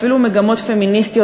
אפילו מגמות פמיניסטיות,